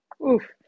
Oof